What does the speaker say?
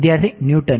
વિદ્યાર્થી ન્યૂટન